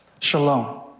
shalom